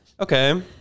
Okay